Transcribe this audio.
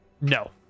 No